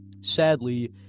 Sadly